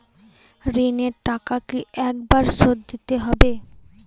ঋণের টাকা কি একবার শোধ দিতে হবে?